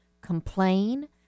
complain